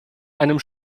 einem